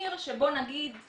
עיר שבואו נגיד,